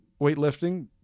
weightlifting